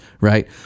right